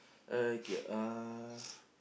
okay uh